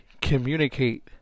communicate